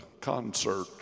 concert